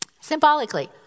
Symbolically